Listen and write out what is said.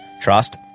trust